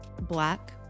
Black